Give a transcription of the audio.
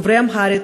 דוברי אמהרית,